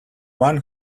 one